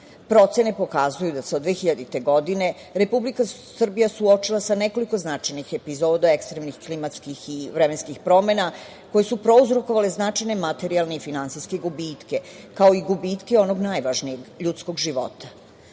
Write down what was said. pokazuju da se od 2000. godine Republika Srbija suočila sa nekoliko značajnih epizoda ekstremnih klimatskih i vremenskih promena koje su prouzrokovale značajne materijalne i finansijske gubitke, kao i gubitke onog najvažnijeg – ljudskog života. Predlog